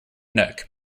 neck